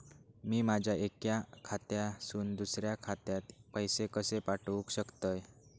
मी माझ्या एक्या खात्यासून दुसऱ्या खात्यात पैसे कशे पाठउक शकतय?